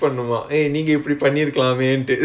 critic